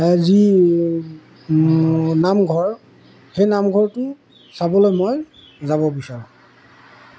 যি নামঘৰ সেই নামঘৰটো চাবলৈ মই যাব বিচাৰোঁ